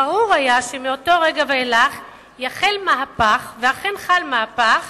ברור היה שמאותו רגע יחל מהפך, ואכן חל מהפך